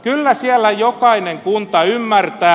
kyllä siellä jokainen kunta ymmärtää